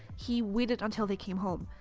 he waited until they came home.